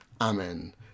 Amen